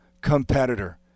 competitor